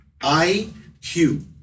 IQ